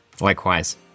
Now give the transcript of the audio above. Likewise